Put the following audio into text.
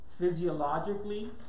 physiologically